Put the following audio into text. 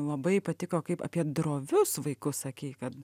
labai patiko kaip apie drovius vaikus sakei kad